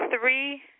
three